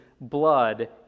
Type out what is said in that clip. blood